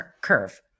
curve